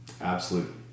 absolute